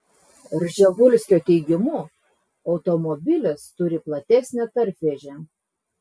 rževuskio teigimu automobilis turi platesnę tarpvėžę